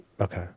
Okay